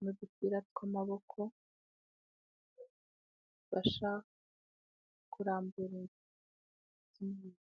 n'udupira tw'amaboko babasha kurambura.